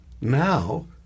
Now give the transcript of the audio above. now